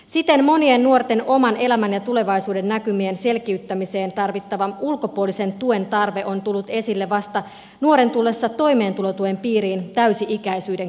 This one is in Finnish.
siten monien nuorten oman elämän ja tulevaisuuden näkymien selkiyttämiseen tarvittava ulkopuolisen tuen tarve on tullut esille vasta nuoren tullessa toimeentulotuen piiriin täysi ikäisyyden kynnyksellä